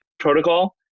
protocol